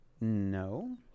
No